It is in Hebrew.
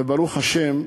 וברוך השם,